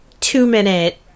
two-minute